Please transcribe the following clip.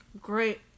great